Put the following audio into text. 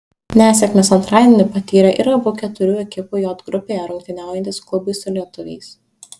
nesėkmes antradienį patyrė ir abu keturių ekipų j grupėje rungtyniaujantys klubai su lietuviais